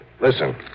Listen